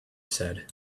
said